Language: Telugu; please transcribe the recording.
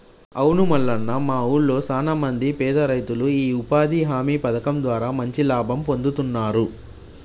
అవును మల్లన్న మా ఊళ్లో సాన మంది పేద రైతులు ఈ ఉపాధి హామీ పథకం ద్వారా మంచి లాభం పొందుతున్నారు